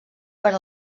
per